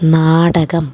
നാടകം